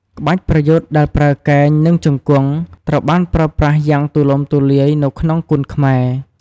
ក្បាច់ប្រយុទ្ធដែលប្រើកែង និងជង្គង់ ត្រូវបានប្រើប្រាស់យ៉ាងទូលំទូលាយនៅក្នុងគុនខ្មែរ។